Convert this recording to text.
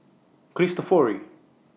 Cristofori